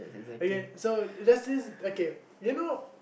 okay so there's this okay you know